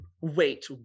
wait